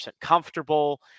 comfortable